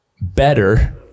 better